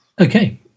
Okay